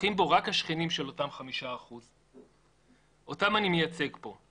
זוכים בו רק השכנים של אותם 5%. אותם אני מייצג פה.